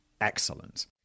excellent